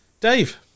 dave